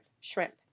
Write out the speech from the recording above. Shrimp